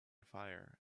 fire